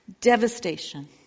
Devastation